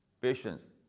patience